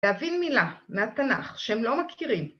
להבין מילה, מהתנ״ך, שהם לא מכירים.